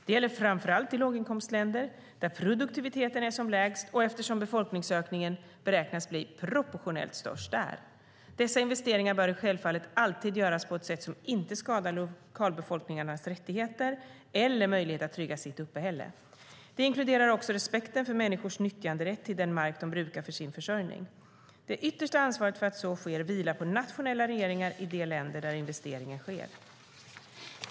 Det gäller framför allt i låginkomstländer, där produktiviteten är som lägst och eftersom befolkningsökningen beräknas bli proportionellt störst där. Dessa investeringar bör självfallet alltid göras på ett sätt som inte skadar lokalbefolkningars rättigheter eller möjligheter att trygga sitt uppehälle. Det inkluderar också respekten för människors nyttjanderätt till den mark de brukar för sin försörjning. Det yttersta ansvaret för att så sker vilar på nationella regeringar i de länder där investeringen sker.